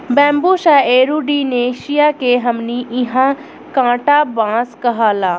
Bambusa arundinacea के हमनी इन्हा कांटा बांस कहाला